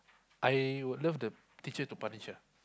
I would love the teacher to punish her